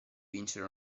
vincere